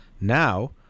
now